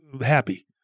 happy